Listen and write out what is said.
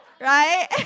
Right